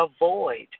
avoid